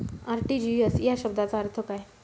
RTGS या शब्दाचा अर्थ काय?